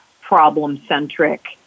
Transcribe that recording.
problem-centric